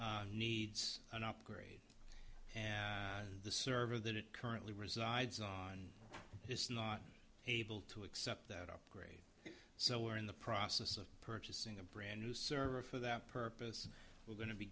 needs an upgrade and the server that it currently resides on is not able to accept that our so we're in the process of purchasing a brand new server for that purpose we're go